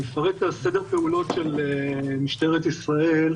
אני אפרט את סדר הפעולות של משטרת ישראל,